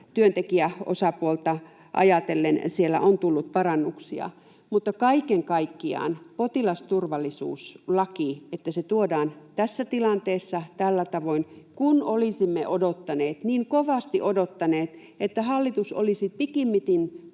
työntekijäosapuolta ajatellen siellä on tullut parannuksia. Mutta kaiken kaikkiaan potilasturvallisuuslaki tuodaan tässä tilanteessa tällä tavoin, kun olisimme odottaneet, niin kovasti odottaneet, että hallitus olisi pikimmiten